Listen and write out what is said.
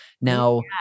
Now